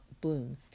bloom